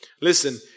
Listen